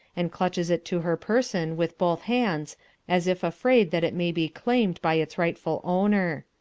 and clutches it to her person with both hands as if afraid that it may be claimed by its rightful owner.